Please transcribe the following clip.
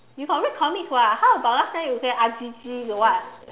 you got read comics [what] how about last time you say Ajiji the what